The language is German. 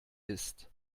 ist